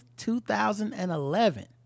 2011